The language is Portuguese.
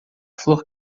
flor